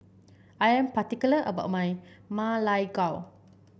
I am particular about my Ma Lai Gao